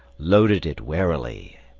loaded it warily,